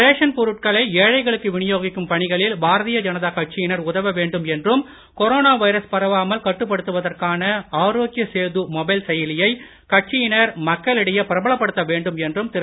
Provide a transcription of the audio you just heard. ration பொருட்களை ஏழைகளுக்கு வினியோகிக்கும் பணிகளில் பாரதிய ஜனதா கட்சியினர் உதவ வேண்டும் என்றும் கொரோனா வைரஸ் பரவாமல் கட்டுப்படுத்துவதற்கான செயலியை கட்சியினர் மக்களிடையே பிரபலப்படுத்த வேண்டும் என்றும் திரு